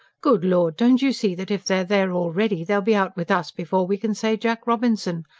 good lord, don't you see that if they're there already, they'll be out with us before we can say jack robinson?